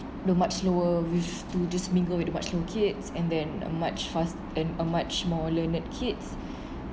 to much lower risk to this mingle with the much slower kids and then a much fast and a much more learning kids